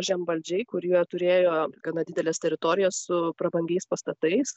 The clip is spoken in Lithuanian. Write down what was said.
žemvaldžiai kurie turėjo gana dideles teritorijas su prabangiais pastatais